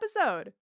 episode